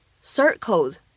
circles